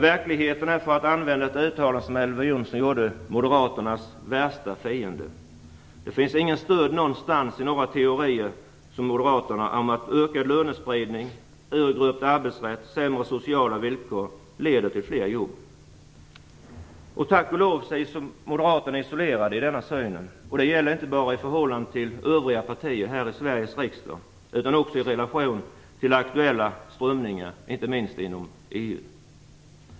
Verkligheten är, för att använda ett uttryck från Elver Jonsson, moderaternas värsta fiende. Det finns inget stöd någonstans i några teorier om att ökad lönespridning, urgröpt arbetsrätt eller sämre sociala villkor leder till fler jobb. Tack och lov är moderaterna isolerade i denna syn. Det gäller inte bara i förhållande till övriga partier här i Sveriges riksdag utan också i relation till aktuella strömningar inom EU.